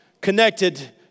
connected